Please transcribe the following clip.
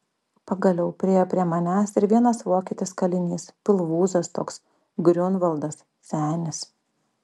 pagaliau priėjo prie manęs ir vienas vokietis kalinys pilvūzas toks griunvaldas senis